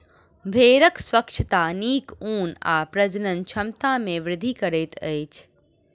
भेड़क स्वच्छता नीक ऊन आ प्रजनन क्षमता में वृद्धि करैत अछि